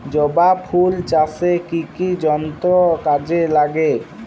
জবা ফুল চাষে কি কি যন্ত্র কাজে লাগে?